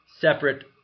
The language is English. separate